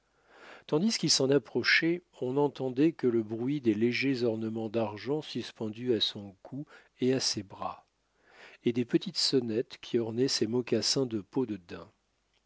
tandis quil sen approchait on n'entendait que le bruit des légers ornements d'argent suspendus à son cou et à ses bras et des petites sonnettes qui ornaient ses mocassins de peau de daim